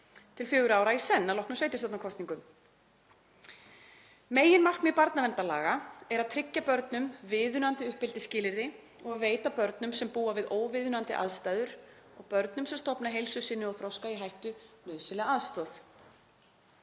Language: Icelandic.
til fjögurra ára í senn að loknum sveitarstjórnarkosningum. Meginmarkmið barnaverndarlaga er að tryggja börnum viðunandi uppeldisskilyrði og veita börnum sem búa við óviðunandi aðstæður og börnum sem stofna heilsu sinni og þroska í hættu nauðsynlega aðstoð.